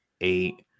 Eight